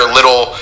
Little